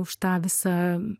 už tą visą